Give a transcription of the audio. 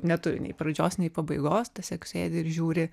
neturi nei pradžios nei pabaigos tiesiog sėdi ir žiūri